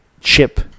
chip